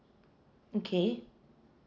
okay